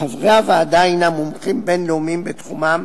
חברי הוועדה הם מומחים בין-לאומיים בתחומם,